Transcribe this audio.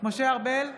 משה ארבל,